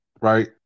right